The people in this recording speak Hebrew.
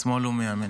משמאל ומימין.